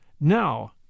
now